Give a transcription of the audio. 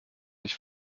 ich